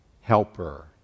helper